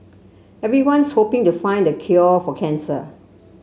everyone's hoping to find the cure for cancer